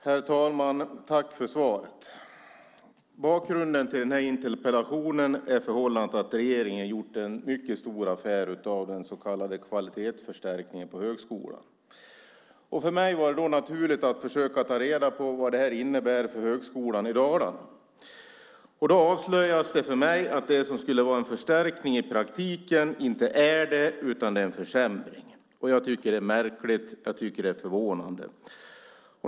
Herr talman! Tack för svaret, statsrådet! Bakgrunden till den här interpellationen är förhållandet att regeringen har gjort en mycket stor affär av den så kallade kvalitetsförstärkningen på högskolan. För mig var det naturligt att försöka ta reda på vad den innebär för högskolan i Dalarna. Då avslöjas det för mig att det som skulle vara en förstärkning i praktiken inte är det, utan det är en försämring. Jag tycker att detta är märkligt och förvånande.